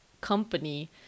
company